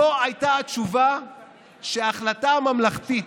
זו הייתה התשובה שההחלטה הממלכתית,